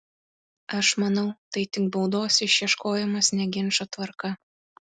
aš manau tai tik baudos išieškojimas ne ginčo tvarka